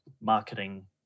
marketing